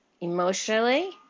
Emotionally